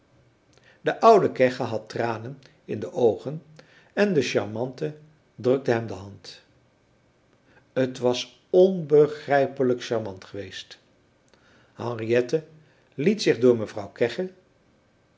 de oude kegge had tranen in de oogen en de charmante drukte hem de hand het was onbegrijpelijk charmant geweest henriette liet zich door mevrouw